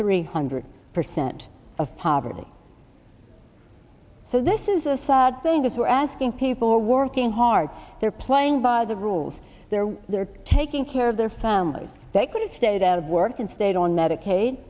three hundred percent of poverty so this is a sad thing is we're asking people who are working hard art they're playing by the rules they're they're taking care of their families they could have stayed out of work and stayed on medicaid